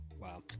Wow